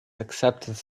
acceptance